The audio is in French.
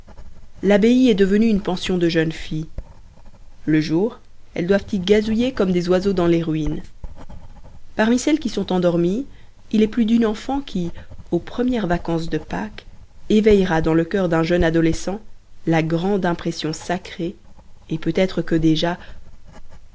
l'abbaye est devenue une pension de jeunes filles le jour elles doivent y gazouiller comme des oiseaux dans les ruines parmi celles qui sont endormies il est plus d'une enfant qui aux premières vacances de pâques éveillera dans le cœur d'un jeune adolescent la grande impression sacrée et peut-être que déjà